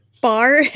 bar